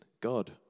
God